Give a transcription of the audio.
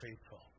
faithful